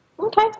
Okay